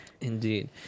Indeed